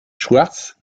schwartz